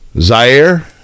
Zaire